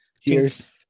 Cheers